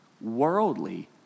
worldly